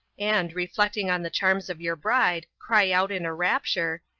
and, reflecting on the charms of your bride, cry out in a rapture,